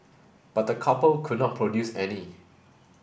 but the couple could not produce any